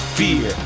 fear